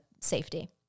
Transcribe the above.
safety